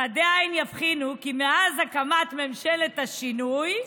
חדי עין יבחינו כי מאז הקמת ממשלת השינוי,